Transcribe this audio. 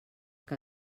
que